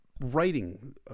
writing